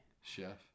Chef